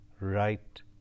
right